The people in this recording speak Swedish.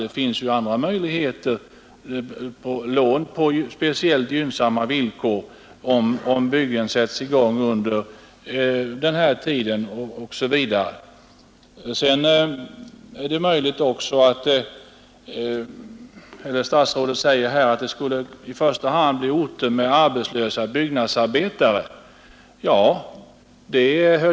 Det finns andra möjligheter såsom lån på speciellt gynnsamma villkor om byggen sätts i gång under viss tid osv. Statsrådet säger att det i första hand skulle bli fråga om orter med arbetslösa byggnadsarbetare.